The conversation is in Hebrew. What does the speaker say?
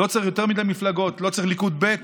לא צריך יותר מדי מפלגות, לא צריך ליכוד ב',